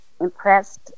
impressed